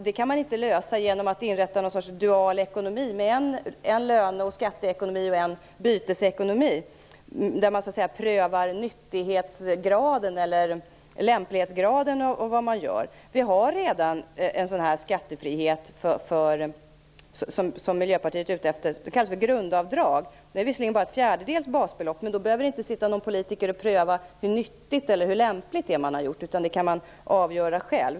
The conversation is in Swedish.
Det kan vi inte lösa genom att inrätta någon sorts dual ekonomi, med en löne och skatteekonomi och en bytesekonomi där vi prövar nyttighetsgraden eller lämplighetsgraden av det man gör. Vi har redan en sådan här skattefrihet som Miljöpartiet är ute efter. Den kallas för grundavdrag. Det är visserligen bara en fjärdedels basbelopp. Men då behöver inte någon politiker pröva hur nyttigt eller lämpligt det som man har gjort är. Det kan man i stället avgöra själv.